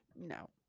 No